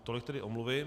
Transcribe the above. Tolik tedy omluvy.